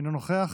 אינו נוכח,